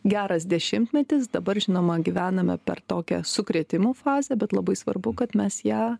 geras dešimtmetis dabar žinoma gyvename per tokią sukrėtimų fazę bet labai svarbu kad mes ją